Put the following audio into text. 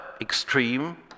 extreme